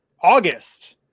August